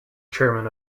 chairman